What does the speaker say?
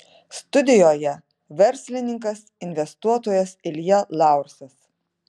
studijoje verslininkas investuotojas ilja laursas